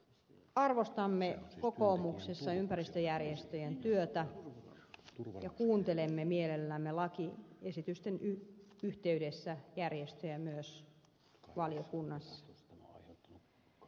arvostamme kokoomuksessa ympäristöjärjestöjen työtä ja kuuntelemme mielellämme lakiesitysten yhteydessä järjestöjä myös valiokunnassa